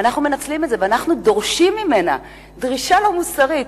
אנחנו מנצלים את זה ואנחנו דורשים ממנה דרישה לא מוסרית.